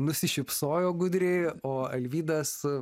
nusišypsojo gudriai o alvydas